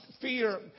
fear